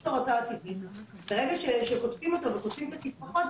הוא בצורתו הטבעית אבל ברגע שקוטפים אותו וקוטפים את התפרחות,